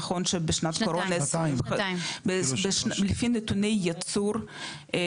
נכון שבשנת קורונה לפי נתוני יצור,